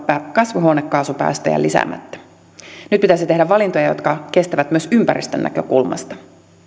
kasvihuonekaasupäästöjä lisäämättä nyt pitäisi tehdä valintoja jotka kestävät myös ympäristön näkökulmasta